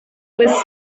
was